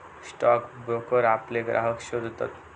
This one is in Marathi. स्टॉक ब्रोकर आपले ग्राहक शोधतत